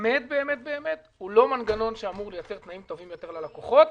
באמת באמת באמת הוא לא מנגנון שאמור לייצר תנאים טובים יותר ללקוחות.